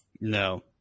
No